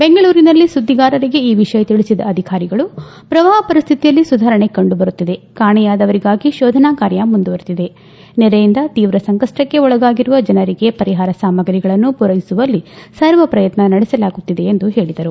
ಬೆಂಗಳೂರಿನಲ್ಲಿ ಸುದ್ದಿಗಾರರಿಗೆ ಈ ವಿಷಯ ತಿಳಿಸಿದ ಅಧಿಕಾರಿಗಳು ಪ್ರವಾಪ ಪರಿಸ್ತಿತಿಯಲ್ಲಿ ಸುಧಾರಣೆ ಕಂಡುಬರುತ್ತಿದೆ ಕಾಣೆಯಾದವರಿಗಾಗಿ ಶೋಧನಾ ಕಾರ್ಯ ಮುಂದುವರೆದಿದೆ ನೆರೆಯಿಂದ ತೀವ್ರ ಸಂಕಷ್ಷಣ್ಣಿ ಒಳಗಾಗಿರುವ ಜನರಿಗೆ ಪರಿಹಾರ ಸಾಮರಿಗಳನ್ನು ಪೂರೈಸುವಲ್ಲಿ ಸರ್ವ ಪ್ರಯತ್ನ ನಡೆಸಲಾಗುತ್ತಿದೆ ಎಂದು ಹೇಳಿದರು